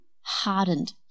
hardened